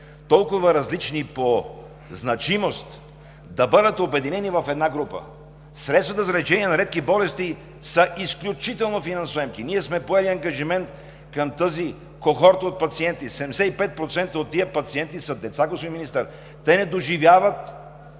толкова различни по значимост да бъдат обединени в една група. Средствата за лечение на редки болести са изключително финансоемки. Ние сме поели ангажимент към тази кохорта от пациенти – 75% от тях са деца, господин Министър, те не доживяват